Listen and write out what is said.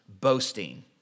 boasting